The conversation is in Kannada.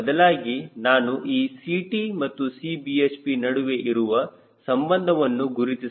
ಇದರ ಬದಲಾಗಿ ನಾನು ಈ Ct ಮತ್ತು Cbhp ನಡುವೆ ಇರುವ ಸಂಬಂಧವನ್ನು ಗುರುತಿಸಬೇಕು